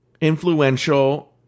influential